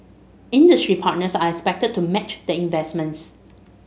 industry partners are expected to match the investments